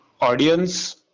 audience